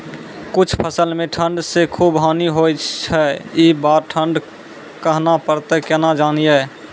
कुछ फसल मे ठंड से खूब हानि होय छैय ई बार ठंडा कहना परतै केना जानये?